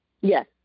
yes